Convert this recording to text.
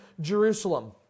Jerusalem